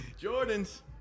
Jordans